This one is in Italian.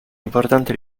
importante